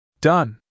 Done